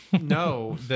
No